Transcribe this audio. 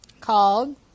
called